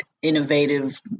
Innovative